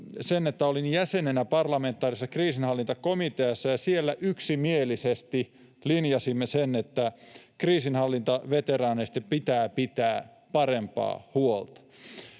että olin jäsenenä parlamentaarisessa kriisinhallintakomiteassa ja siellä yksimielisesti linjasimme, että kriisinhallintaveteraaneista pitää pitää parempaa huolta.